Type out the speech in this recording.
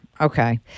Okay